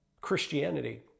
Christianity